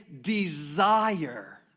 desire